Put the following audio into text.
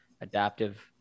adaptive